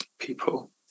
people